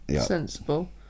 sensible